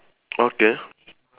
okay